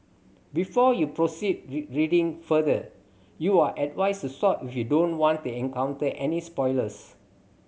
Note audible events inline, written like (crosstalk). before you proceed (unintelligible) reading further you are advised to stop if you don't want to encounter any spoilers